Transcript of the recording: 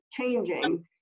changing